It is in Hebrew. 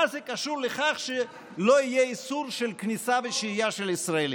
מה זה קשור לכך שלא יהיה איסור של כניסה ושהייה של ישראלים?